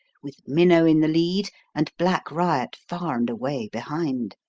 with minnow in the lead and black riot far and away behind.